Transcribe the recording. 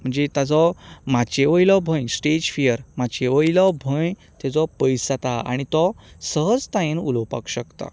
जें ताचो माचये वयलो भंय स्टेज फियर माचये वयलो भंय तेजो पयस आनी तो सहजतायेन उलोवपाक शकता